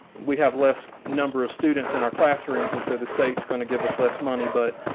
we have less number of students in our classrooms, and so the state's going to give us less money, but